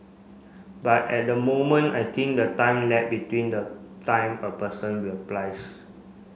but at the moment I think the time lag between the time a person applies